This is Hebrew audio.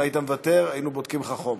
אם היית מוותר היינו בודקים לך חום.